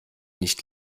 nicht